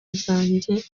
zanjye